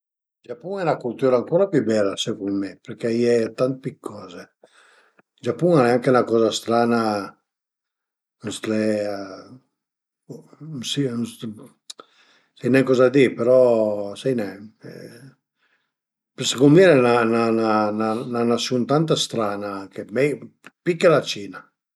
Ma mi pensu d'ese brau ën po ën tüti i traviot, traviot natüralment semplici, però me travai principal, cul li che riesarìa mei a felu al e saldé, saldé eletrico, saldé ën autre manere, anche anche di autri travai, però me travai al e saldé